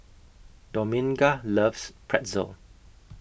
Dominga loves Pretzel